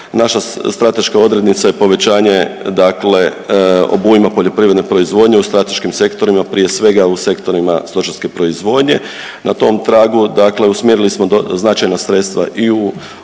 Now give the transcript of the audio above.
naša strateška odrednica je povećanje, dakle obujma poljoprivredne proizvodnje u strateškim sektorima prije svega u sektorima stočarske proizvodnje. Na tom tragu, dakle usmjerili smo značajna sredstva i u okviru